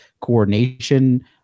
coordination